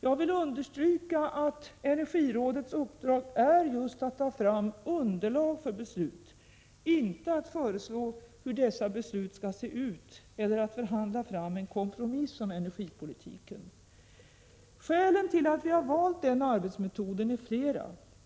Jag vill understryka att energirådets uppdrag är just att ta fram underlag för beslut - inte att föreslå hur dessa beslut skall se ut eller förhandla fram en kompromiss om energipolitiken. Skälen till att vi har valt denna arbetsmetod är flera.